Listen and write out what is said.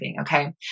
Okay